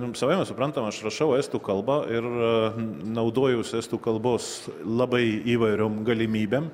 jums savaime suprantama aš rašau estų kalba ir naudojausi estų kalbos labai įvairiom galimybėm